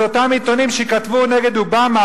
זה אותם עיתונים שכתבו נגד אובמה,